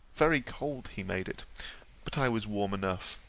very cold he made it but i was warm enough.